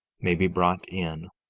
may be brought in,